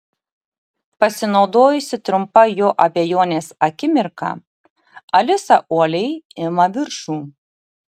pasinaudojusi trumpa jo abejonės akimirka alisa uoliai ima viršų